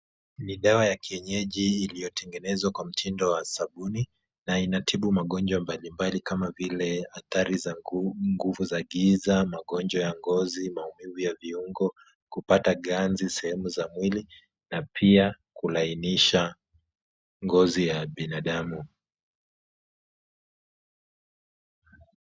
Ni dawa ya kienyeji iliyotengenezwa kwa mtindo wa sabuni na inatibu magonjwa mbalimbali kama vile athari za nguvu za giza, magonjwa ya ngozi, maumivu ya viungo, kupata ganzi sehemu za mwili na pia kulainisha ngozi ya binadamu .